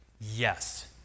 yes